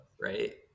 right